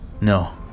No